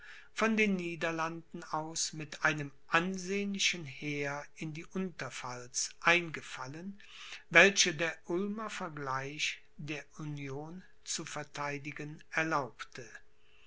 von den niederlanden aus mit einem ansehnlichen heer in die unterpfalz eingefallen welche der ulmer vergleich der union zu vertheidigen erlaubte